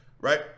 right